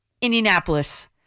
Indianapolis